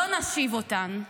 לא נשיב אותן.